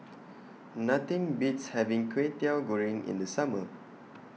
Nothing Beats having Kway Teow Goreng in The Summer